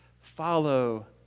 Follow